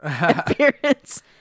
appearance